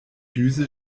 düse